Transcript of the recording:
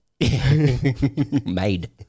Made